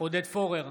עודד פורר,